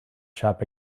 shop